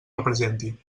representi